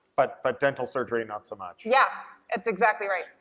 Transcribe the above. but but dental surgery not so much. yeah, it's exactly right.